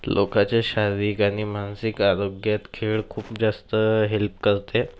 लोकाच्या शारीरिक आणि मानसिक आरोग्यात खेळ खूप जास्त हेल्प करते